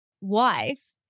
wife